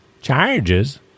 charges